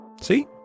See